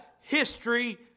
history